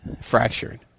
fractured